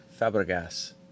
Fabregas